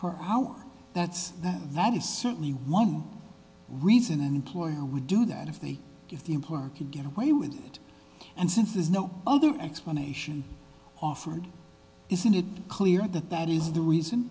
per hour that's that that is certainly one reason and ploy i would do that if the if the employer could get away with it and since there's no other explanation offered isn't it clear that that is the reason